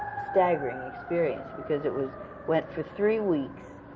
staggering experience, because it was went for three weeks,